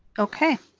okay.